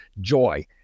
joy